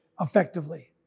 effectively